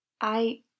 I